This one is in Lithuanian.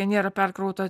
nėra perkrauta